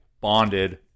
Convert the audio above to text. bonded